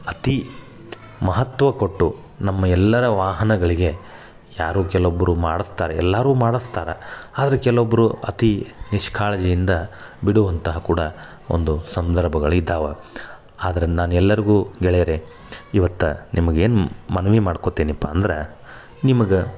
ಅತಿ ಮಹತ್ವ ಕೊಟ್ಟು ನಮ್ಮ ಎಲ್ಲರ ವಾಹನಗಳಿಗೆ ಯಾರು ಕೆಲವೊಬ್ರು ಮಾಡಿಸ್ತಾರೆ ಎಲ್ಲರೂ ಮಾಡಿಸ್ತಾರೆ ಆದ್ರೆ ಕೆಲವೊಬ್ಬರು ಅತಿ ನಿಷ್ಕಾಳಜಿಯಿಂದ ಬಿಡುವಂತಹ ಕೂಡ ಒಂದು ಸಂದರ್ಭಗಳು ಇದ್ದಾವೆ ಆದರೆ ನಾನು ಎಲ್ಲರಿಗೂ ಗೆಳೆಯರೇ ಇವತ್ತು ನಿಮಿಗೇನು ಮನವಿ ಮಾಡ್ಕೊತೀನಪ್ಪ ಅಂದ್ರೆ ನಿಮಗೆ